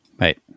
Right